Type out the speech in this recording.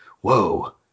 whoa